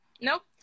nope